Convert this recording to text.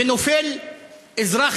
ונופל אזרח,